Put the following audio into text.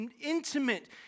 intimate